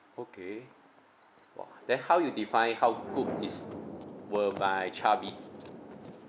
okay !wow! then how you define how good is will my child be